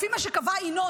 לפי מה שקבע ינון,